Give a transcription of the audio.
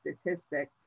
statistic